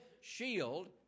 shield